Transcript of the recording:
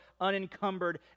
unencumbered